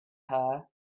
her